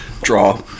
Draw